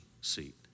seat